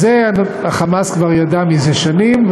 אז את זה ה"חמאס" כבר ידע זה שנים,